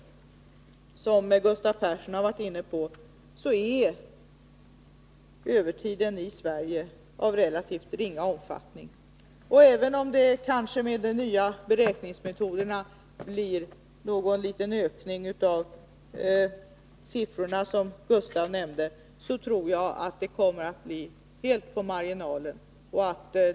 Övertiden i Sverige — den frågan har Gustav Persson varit inne på — är av relativt ringa omfattning. Även om det med de nya beräkningsmetoderna blir en viss ökning i fråga om de siffror som Gustav Persson nämnde, tror jag att det blir en marginell ökning.